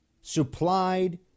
supplied